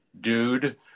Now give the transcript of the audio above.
dude